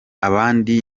abandi